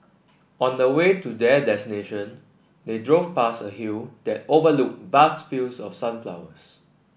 on the way to their they drove past a hill that overlooked vast fields of sunflowers